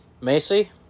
Macy